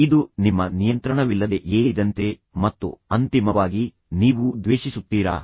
ಇದು ನಿಮ್ಮ ನಿಯಂತ್ರಣವಿಲ್ಲದೆ ಏರಿದಂತೆ ಮತ್ತು ಅಂತಿಮವಾಗಿ ನೀವು ದ್ವೇಷಿಸುತ್ತೀರಾ